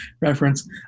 reference